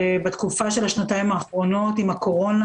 ובתקופה של השנתיים האחרונות עם הקורונה,